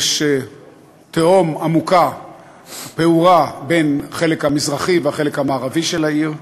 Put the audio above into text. תהום עמוקה פעורה בין החלק המזרחי והחלק המערבי של העיר.